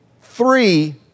three